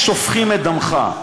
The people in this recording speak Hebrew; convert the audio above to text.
הרי שופכים את דמך.